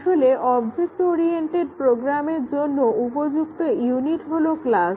আসলে object oriented প্রোগ্রামের জন্য উপযুক্ত ইউনিট হলো ক্লাস